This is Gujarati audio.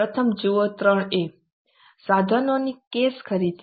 પ્રથમ જુઓ 3 a સાધનોની કેશ ખરીદી